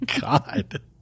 God